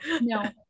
No